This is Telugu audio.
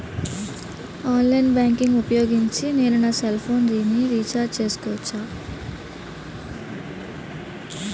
ఆన్లైన్ బ్యాంకింగ్ ఊపోయోగించి నేను నా సెల్ ఫోను ని రీఛార్జ్ చేసుకోవచ్చా?